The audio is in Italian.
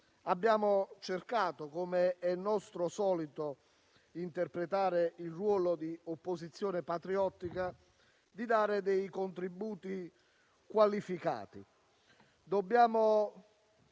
abbiamo cercato, come è nostro solito, di interpretare il ruolo di opposizione patriottica e di dare contributi qualificati. Dobbiamo